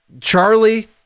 Charlie